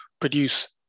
produce